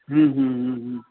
हम्म हम्म हम्म